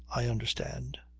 i understand.